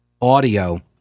audio